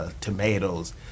tomatoes